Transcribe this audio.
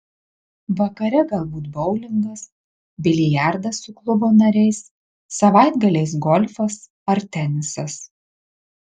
vakare galbūt boulingas biliardas su klubo nariais savaitgaliais golfas ar tenisas